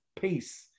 peace